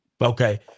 Okay